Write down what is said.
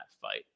fight